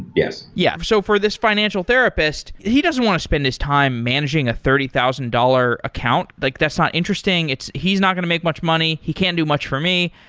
yes. yeah. so for this financial therapist, he doesn't want to spend his time managing a thirty thousand dollars account. like that's not interesting. he's not going to make much money. he can do much for me.